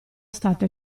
state